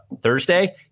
Thursday